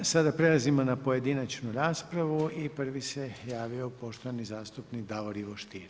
Sada prelazimo na pojedinačnu raspravu i prvi se javio poštovani zastupnik Davor Ivo Stier.